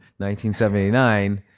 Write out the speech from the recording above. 1979